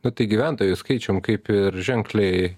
nu tai gyventojų skaičium kaip ir ženkliai